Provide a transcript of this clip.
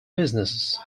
businesses